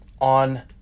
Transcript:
on